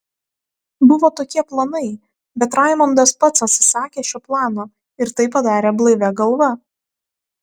buvo tokie planai bet raimondas pats atsisakė šio plano ir tai padarė blaivia galva